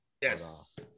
Yes